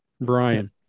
Brian